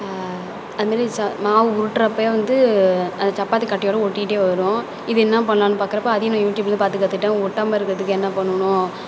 அதுமாதிரி ச மாவு உருட்டுறப்பயே வந்து அந்த சப்பாத்தி கட்டையோடு ஒட்டிகிட்டே வரும் இதே என்ன பண்ணலானு பார்க்குறப்ப அதையும் நான் யூடியூப்பில் பார்த்து கற்றுட்டேன் ஒட்டாமல் இருக்கிறதுக்கு என்ன பண்ணணும்